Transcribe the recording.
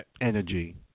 energy